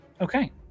Okay